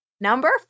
Number